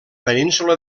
península